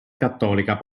cattolica